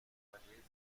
parallel